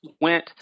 went